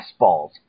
fastballs